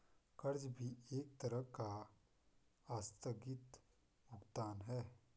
कर्ज भी एक तरह का आस्थगित भुगतान है